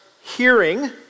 hearing